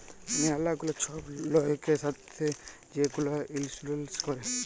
ম্যালা গুলা ছব লয়কের ছাথে যে গুলা ইলসুরেল্স ক্যরে